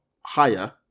higher